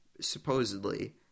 supposedly